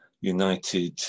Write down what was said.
united